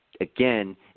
again